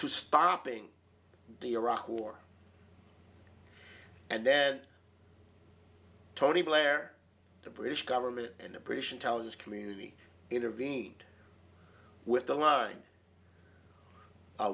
to stopping the iraq war and then tony blair the british government and the british intelligence community intervened with the line